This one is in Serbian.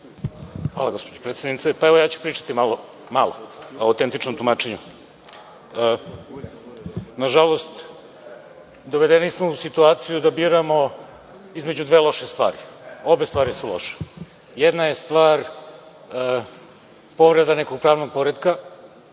Hvala, gospođo predsednice. Ja ću pričati malo o autentičnom tumačenju. Nažalost, dovedeni smo u situaciju da biramo između dve loše stvari. Obe stvari su loše. Jedna je stvar povreda nekog pravnog poretka,